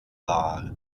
war